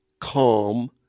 calm